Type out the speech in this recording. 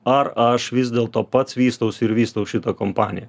ar aš vis dėlto pats vystausi ir vystau šitą kompaniją